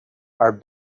our